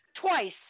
twice